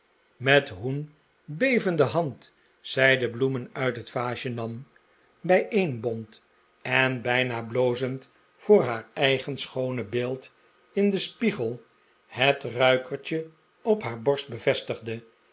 zien methoe'n bevende hand zij de bloemen uit het vaasje nam bijeenbond en bijna blozend voor haar eigen schoone beeld in den spiegel het ruikertje op haar borst bevestigde